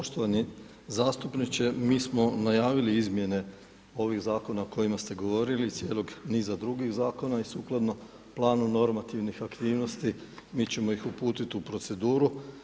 Poštovani zastupniče mi smo najavili izmjene ovih zakona o kojima ste govorili i cijelog niza drugih zakona i sukladno planu normativnih aktivnosti mi ćemo ih uputit u proceduru.